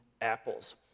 Apple's